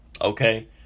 Okay